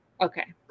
okay